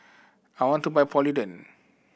I want to buy Polident